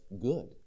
good